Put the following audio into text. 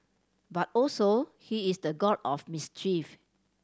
but also he is the god of mischief